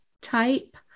type